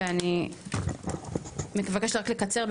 ואני רק מבקשת לקצר,